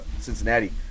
Cincinnati